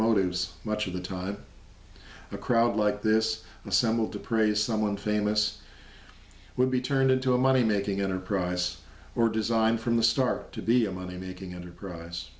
motives much of the time a crowd like this assembled to praise someone famous would be turned into a money making enterprise or design from the start to be a money making enterprise